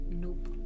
nope